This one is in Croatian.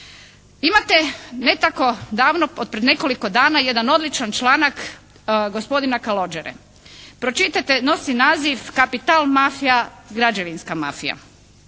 Imate ne tako davno od prije nekoliko dana jedan odličan članak gospodina Kalođere. Pročitajte, nosi naziv "kapital, mafija, građevinska mafija".